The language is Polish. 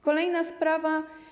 Kolejna sprawa.